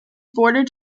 bordered